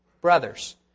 brothers